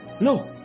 no